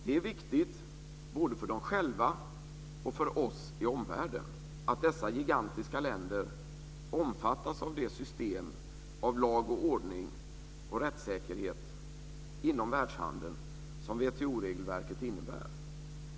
Det är viktigt både för de själva och för oss i omvärlden att dessa gigantiska länder omfattas av det system av lag och ordning och rättssäkerhet inom världshandeln som WTO-regelverket innebär.